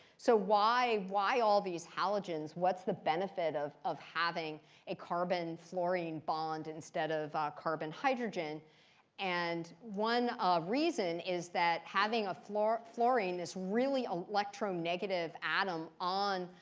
so why why all these halogens? what's the benefit of of having a carbon-fluorine bond instead of carbon-hydrogen? and one reason is that having a fluorine, this really electronegative atom, on,